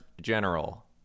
general